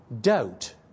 doubt